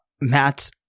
Matt